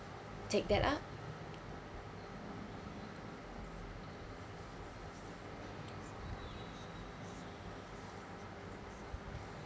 take that up